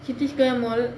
city square mall